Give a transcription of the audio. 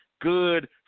Good